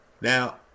Now